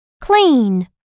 Clean